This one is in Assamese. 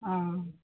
অঁ